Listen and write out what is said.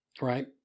right